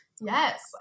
Yes